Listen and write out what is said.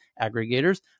aggregators